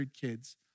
kids